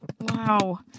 wow